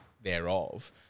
thereof